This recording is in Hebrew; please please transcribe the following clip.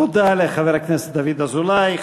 תודה לחבר הכנסת דוד אזולאי.